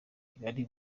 kagali